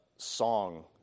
Song